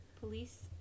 Police